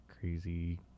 crazy